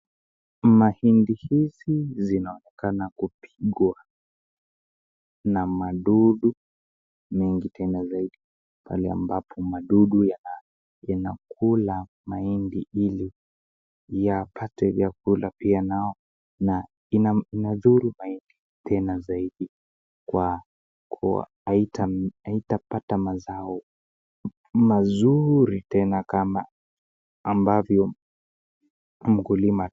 Mahindi hizi zinaoeneka kupigwa na madudu nyingi tena zaidi pale ambapo madudu yanakula mahindi ili yapate vyakula pia nao na inaathiri mahindi tena zaidi kwa kuwa haitapata mazao mazuri tena kama ambavyo mkulima ametaka.